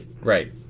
Right